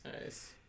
Nice